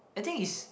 I think it's